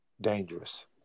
dangerous